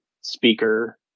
speaker